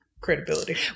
credibility